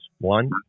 One